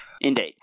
Indeed